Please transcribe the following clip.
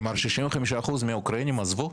כלומר, 65% מהאוקראינים עזבו?